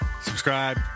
subscribe